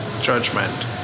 judgment